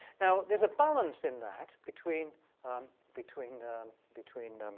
now, there's a balance in that between between between